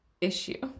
issue